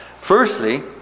firstly